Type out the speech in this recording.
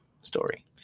story